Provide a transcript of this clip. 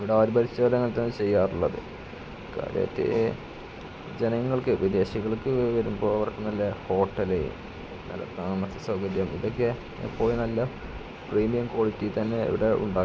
ഇവിടാര് ഭരിച്ചാലും അങ്ങനത്തന്നെ ചെയ്യാറുള്ളത് കാര്യമായിട്ട് ജനങ്ങൾക്ക് വിദേശികൾക്ക് വരുമ്പോള് അവർക്ക് നല്ല ഹോട്ടല് നല്ല താമസ സൗകര്യം ഇതൊക്കെ എപ്പോഴും നല്ല പ്രീമിയം ക്വാളിറ്റി തന്നെ ഇവിടെ ഉണ്ടാക്കണം